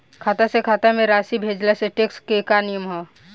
खाता से खाता में राशि भेजला से टेक्स के का नियम ह?